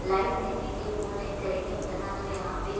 light नही देंगे वो नही करेंगे उतना तो यहाँ पर